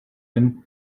and